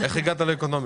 איך הגעת לאקונומיקה?